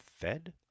fed